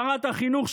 שרת החינוך,